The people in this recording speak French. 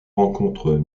rencontrent